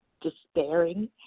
despairing